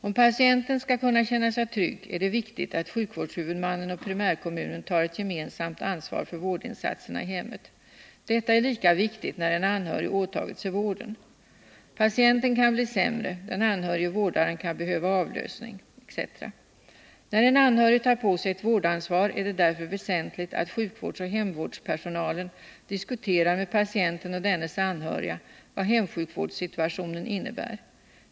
Om patienten skall kunna känna sig trygg är det viktigt att sjukvårdshuvudmannen och primärkommunen tar ett gemensamt ansvar för vårdinsatserna i hemmet. Detta är lika viktigt när en anhörig åtagit sig vården. | Patienten kan bli sämre, den anhörige vårdaren kan behöva avlösning, etc. När en anhörig tar på sig ett vårdansvar är det därför väsentligt att sjukvårdsoch hemvårdspersonalen diskuterar med patienten och dennes anhöriga vad hemsjukvårdssituationen innebär.